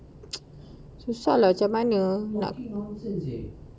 susah lah macam mana